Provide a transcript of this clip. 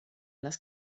las